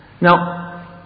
Now